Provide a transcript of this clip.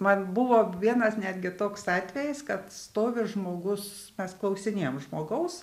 man buvo vienas netgi toks atvejis kad stovi žmogus mes klausinėjom žmogaus